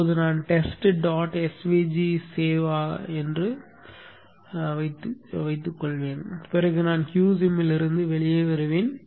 இப்போது நான் test dot svg save ஆக சேமிப்பேன் என்று வைத்துக்கொள்வோம் பிறகு நான் qsim இலிருந்து வெளியே வருவேன்